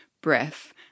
breath